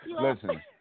Listen